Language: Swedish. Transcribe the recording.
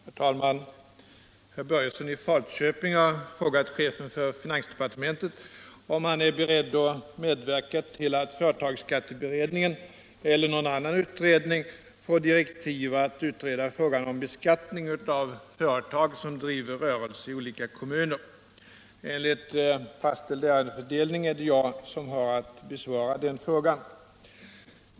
i Falköping den 27 oktober anmälda fråga, 1976/77:40, till herr fis Om beskattningen nansministern, och anförde: av företag som Herr talman! Herr Börjesson i Falköping har frågat chefen för finans = driver verksamhet i departementet om han är beredd att medverka till att företagsskatteflera kommuner beredningen eller någon annan utredning får direktiv att utreda frågan om beskattning av företag som driver rörelse i olika kommuner. Enligt fastställd ärendefördelning är det jag som har att besvara frågan.